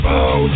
Bow